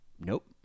Nope